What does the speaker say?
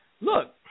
Look